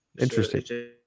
Interesting